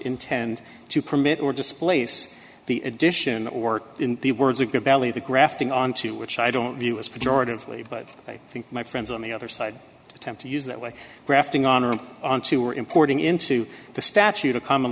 intend to permit or displace the addition or in the words a good belly the grafting onto which i don't view as pejoratively but i think my friends on the other side attempt to use that way grafting on or onto or importing into the statute or common